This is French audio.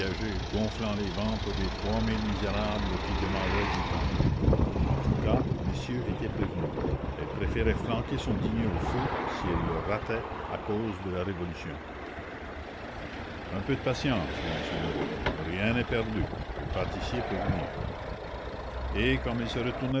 gonflant les ventres des trois mille misérables qui demandaient du pain en tout cas monsieur était prévenu elle préférait flanquer son dîner au feu si elle le ratait à cause de la révolution un peu de patience dit m hennebeau rien n'est perdu le pâtissier peut venir et comme il se retournait